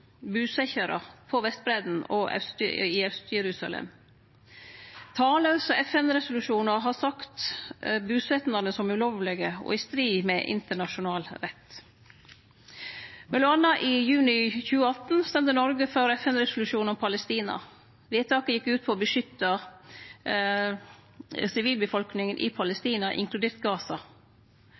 i Aust-Jerusalem. Tallause FN-resolusjonar har sagt at busetnadene er ulovlege og i strid med internasjonal rett. Mellom anna i juni 2018 stemde Noreg for FN-resolusjonen om Palestina. Vedtaket gjekk ut på å beskytte sivilbefolkninga i Palestina, inkludert